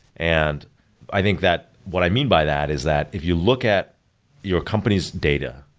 and i think that what i mean by that is that if you look at your company's data,